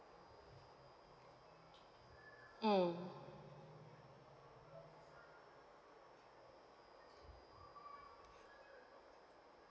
um